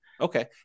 Okay